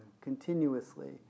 continuously